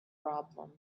problem